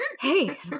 hey